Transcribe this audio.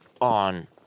on